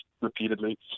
repeatedly